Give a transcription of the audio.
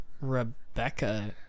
Rebecca